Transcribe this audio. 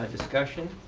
ah discussion?